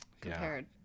compared